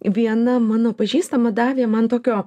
viena mano pažįstama davė man tokio